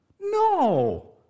No